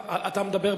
אני אדבר אחר כך.